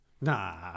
Nah